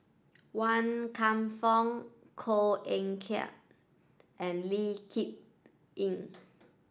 Wan Kam Fook Koh Eng Kian and Lee Kip Lin